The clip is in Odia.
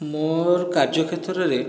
ମୋର୍ କାର୍ଯ୍ୟକ୍ଷେତ୍ରରେ